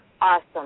Awesome